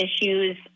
issues